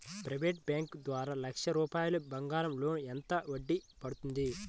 Private bank ద్వారా లక్ష రూపాయలు బంగారం లోన్ ఎంత వడ్డీ పడుతుంది?